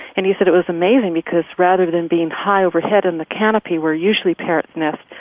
and he said it was amazing, because rather than being high overhead in the canopy where usually parrots nest,